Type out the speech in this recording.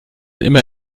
immer